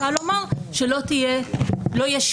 אנחנו גם לא רואים בחוק שום אמירה